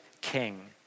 king